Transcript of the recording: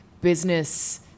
business